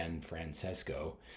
Francesco